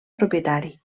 propietari